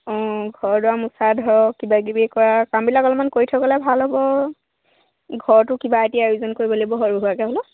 অঁ ঘৰ দুৱাৰ মোচা ধৰক কিবাকিবি কৰা কামবিলাক অলপমান কৰি থৈ গ'লে ভাল হ'ব ঘৰটো কিবা এটি আয়োজন কৰিব লাগিব সৰু সুৰাকৈ হ'লেও